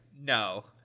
No